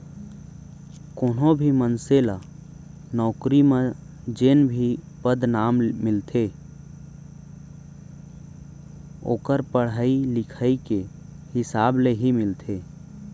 कोनो भी मनसे ल नउकरी म जेन भी पदनाम मिलथे ओखर पड़हई लिखई के हिसाब ले ही मिलथे